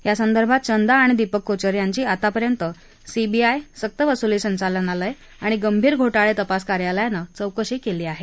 यासंदर्भात चंदा आणि दिपक कोचर यांची आतापर्यंत सीबीआय सक्तवसुली संचालनालय आणि गंभीर घोटाळे तपास कार्यालयानं चौकशी केली आहे